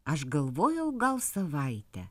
aš galvojau gal savaitę